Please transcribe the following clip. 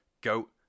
Goat